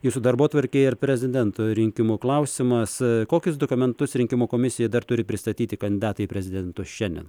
jūsų darbotvarkėj ir prezidento rinkimų klausimas kokius dokumentus rinkimų komisijai dar turi pristatyti kandidatai į prezidentus šiandien